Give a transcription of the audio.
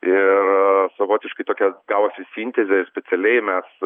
ir savotiškai tokia gavosi sintezė specialiai mes